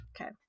Okay